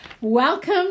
Welcome